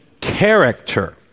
character